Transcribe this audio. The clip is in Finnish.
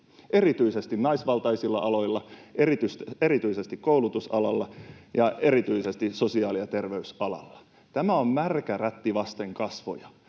erityisesti naisvaltaisilla aloilla, erityisesti koulutusalalla ja erityisesti sosiaali- ja terveysalalla. Tämä on märkä rätti vasten kasvoja.